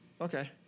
Okay